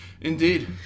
Indeed